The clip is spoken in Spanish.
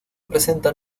presenta